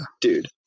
Dude